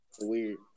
weird